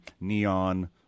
neon